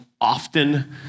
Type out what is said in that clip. often